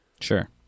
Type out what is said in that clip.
Sure